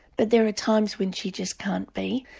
but there are times when she just can't be.